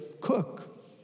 cook